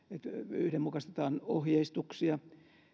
yhdenmukaistetaan ohjeistuksia